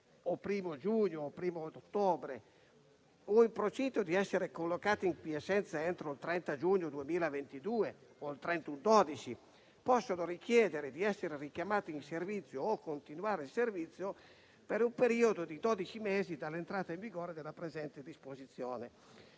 dal 1° giugno o dal 1° ottobre 2021 o in procinto di essere collocati in quiescenza entro il 30 giugno o il 31 dicembre 2022, possano chiedere di essere richiamati in servizio o continuare il servizio per un periodo di dodici mesi dall'entrata in vigore della presente disposizione.